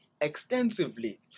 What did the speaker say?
extensively